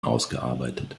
ausgearbeitet